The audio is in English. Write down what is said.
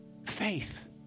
Faith